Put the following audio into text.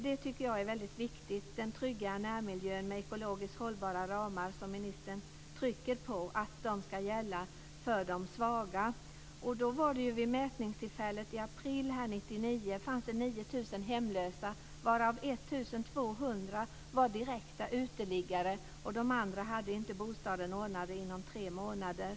Jag tycker att den trygga närmiljön med ekologiskt hållbara ramar är mycket viktig, vilket ministern trycker på ska gälla för de svaga. hemlösa, varav 1 200 var direkta uteliggare. Övriga hade inte bostad ordnad inom tre månader.